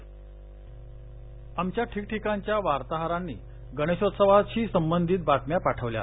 गणपती आमच्या ठीकठिकाणच्या वार्ताहरांनी गणेशोत्सवाशी संबंधित बातम्या पाठवल्या आहेत